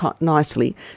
nicely